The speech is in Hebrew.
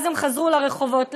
ואז הם חזרו לרחובות.